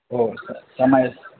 ओ समयस्य